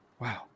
Wow